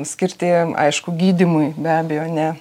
skirti aišku gydymui be abejo ne